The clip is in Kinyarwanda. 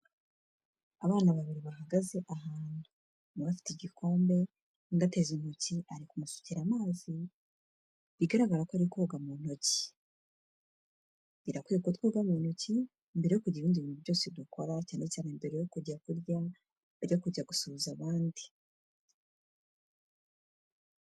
Abana babiri bahagaze ahantu umwe afite igikombe undi ateza intoki ari kumusukira amazi bigaragara ko ari koga mu ntoki. Birakwiye ko twoga mu ntoki mbere yo kugira ibindi bintu byose dukora cyanecyane mbere yo kujya kurya ajya kujya gusuhuza abandi.